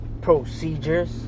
Procedures